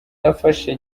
yafashe